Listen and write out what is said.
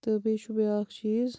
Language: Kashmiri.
تہٕ بیٚیہِ چھُ بیٛاکھ چیٖز